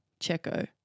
Checo